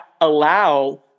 allow